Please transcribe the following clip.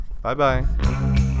Bye-bye